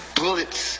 bullets